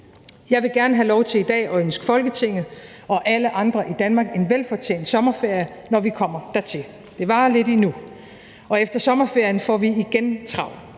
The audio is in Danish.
Jeg vil gerne have lov til i dag at ønske Folketinget og alle andre i Danmark en velfortjent sommerferie, når vi kommer dertil. Det varer lidt endnu, og efter sommerferien får vi igen travlt.